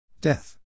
Death